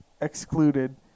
excluded